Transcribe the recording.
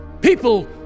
People